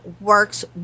works